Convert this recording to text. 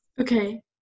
Okay